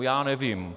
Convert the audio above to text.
Já nevím.